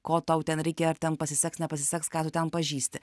ko tau ten reikia ar ten pasiseks nepasiseks ką tu ten pažįsti